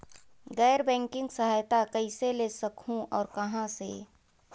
गैर बैंकिंग सहायता कइसे ले सकहुं और कहाँ से?